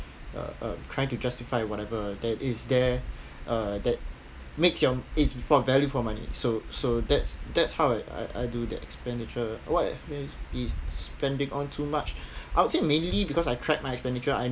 uh uh trying to justify whatever that is there uh that makes your it's for value for money so so that's that's how I I I do the expenditure what if is spending on too much I would say mainly because I track my expenditure I